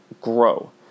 grow